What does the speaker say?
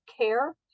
care